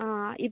ആ ഇത്